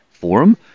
forum